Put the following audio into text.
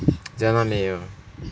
yona 没有